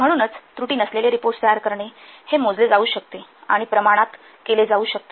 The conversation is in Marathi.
म्हणूनच त्रुटी नसलेले रिपोर्ट्स तयार करणे हे मोजले जाऊ शकते आणि प्रमाणित केले जाऊ शकते